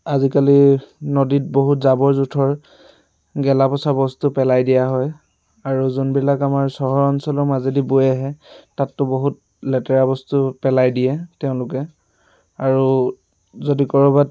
আজিকালিৰ নদীত বহুত জাবৰ জোঁথৰ গেলা পচা বস্তু পেলাই দিয়া হয় আৰু যোনবিলাক আমাৰ চহৰ অঞ্চলৰ মাজেদি বৈ আহে তাতটো বহুত লেতেৰা বস্তু পেলাই দিয়ে তেওঁলোকে আৰু যদি কৰ'বাত